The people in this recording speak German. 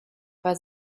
war